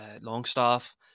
Longstaff